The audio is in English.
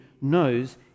knows